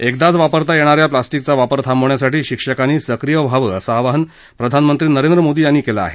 एकदाच वापरता येणाऱ्या प्लास्टिकचा वापर थांबवण्यासाठी शिक्षकांनी सक्रीय व्हावं असं आवाहन प्रधानमंत्री नरेंद्र मोदी यांनी केलं आहे